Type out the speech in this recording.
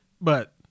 but-